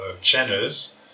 channels